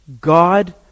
God